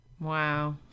Wow